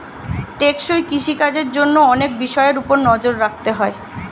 টেকসই কৃষি কাজের জন্য অনেক বিষয়ের উপর নজর রাখতে হয়